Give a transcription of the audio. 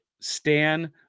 Stan